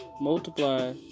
Multiply